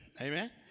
amen